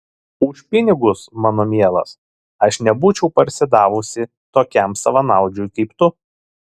už pinigus mano mielas aš nebūčiau parsidavusi tokiam savanaudžiui kaip tu